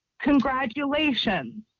congratulations